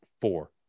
four